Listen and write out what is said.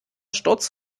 sturz